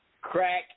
crack